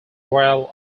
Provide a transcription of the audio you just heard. royal